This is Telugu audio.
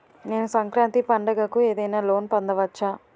నేను సంక్రాంతి పండగ కు ఏదైనా లోన్ పొందవచ్చా?